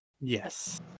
Yes